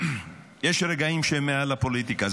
יש רגעים שהם מעל לפוליטיקה.